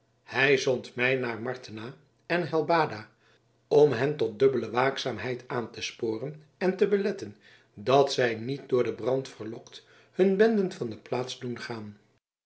hij zond mij naar martena en helbada om hen tot dubbele waakzaamheid aan te sporen en te beletten dat zij niet door den brand verlokt hun benden van de plaats doen gaan